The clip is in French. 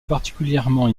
particulièrement